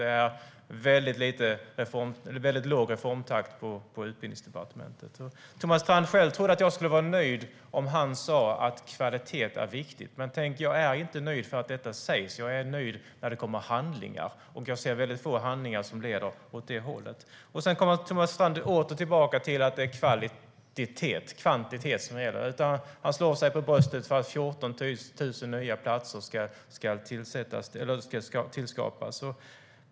Det är väldigt låg reformtakt på Utbildningsdepartementet. Thomas Strand själv trodde att jag skulle vara nöjd om han sa att kvalitet är viktigt. Men tänk, jag är inte nöjd för att detta sägs. Jag är nöjd när det kommer handlingar, och jag ser väldigt få handlingar som leder åt det hållet. Sedan kommer Thomas Strand åter tillbaka till att det är kvantitet som gäller. Han slår sig för bröstet med anledning av att 14 000 nya platser ska tillskapas.